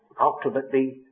ultimately